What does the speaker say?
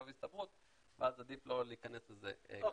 והסתברות ואז עדיף לא להיכנס לזה כרגע.